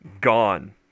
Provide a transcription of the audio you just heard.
gone